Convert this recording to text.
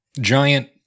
giant